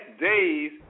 days